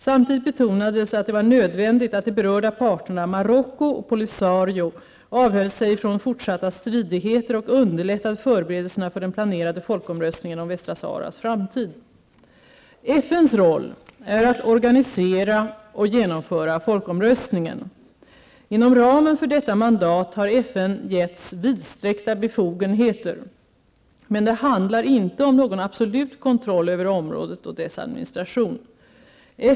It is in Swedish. Samtidigt betonades att det var nödvändigt att de berörda parterna, Marocko och Polisario, avhöll sig från fortsatta stridigheter och underlättade förberedelserna för den planerade folkomröstningen om Västra Saharas framtid. FNs roll är att organisera och genomföra folkomröstningen. Inom ramen för detta mandat har FN getts vidsträckta befogenheter, men det handlar inte om någon absolut kontroll över området och dess administration.